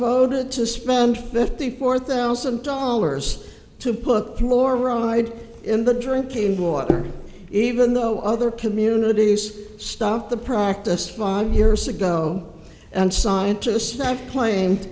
voted to spend fifty four thousand dollars to put more road in the drinking water even though other communities stop the practice five years ago and